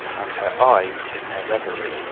and her eyes, in their reverie,